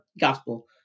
gospel